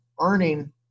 earning